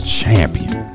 champion